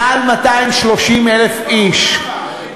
מעל 230,000 איש.